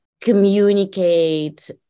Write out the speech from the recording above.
communicate